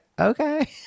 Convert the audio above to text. okay